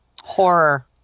Horror